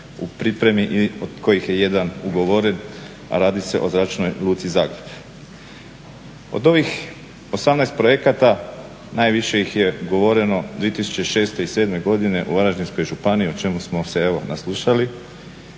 u pripremi i od kojih je 1 ugovoren, a radi se o Zračnoj luci Zagreb. Od ovih 18 projekata najviše ih je ugovoreno 2006. i 2006. godine u Varaždinskoj županiji, o čemu smo se evo naslušali.